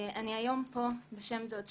אני היום פה בשם דוד שלי,